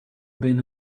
been